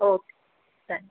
okay thank you